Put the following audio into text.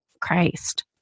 Christ